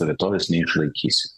rytojaus neišlaikysi